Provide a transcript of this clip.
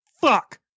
Fuck